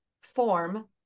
form